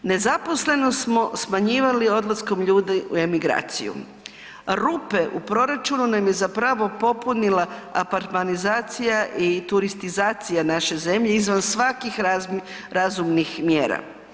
Nezaposlenost smo smanjivali odlaskom ljudi u emigraciju, rupe u proračunu nam je zapravo popunila apartmanizacija i turistizacija naše zemlje izvan svakih razumnih mjera.